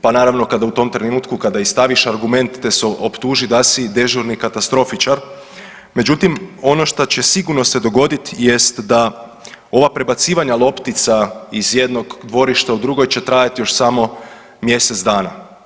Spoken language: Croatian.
Pa naravno kada u tom trenutku kada i staviš argument te se optuži da si dežurni katastrofičar, međutim ono što će sigurno se dogoditi jest da ova prebacivanja loptica iz jednog dvorišta u drugo će trajati još samo mjesec dana.